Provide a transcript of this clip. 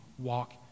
walk